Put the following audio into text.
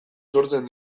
sortzen